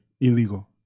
illegal